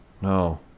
No